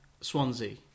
Swansea